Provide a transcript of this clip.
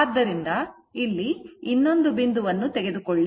ಆದ್ದರಿಂದ ಇಲ್ಲಿ ಇನ್ನೊಂದು ಬಿಂದುವನ್ನು ತೆಗೆದುಕೊಳ್ಳಿ